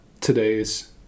today's